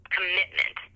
commitment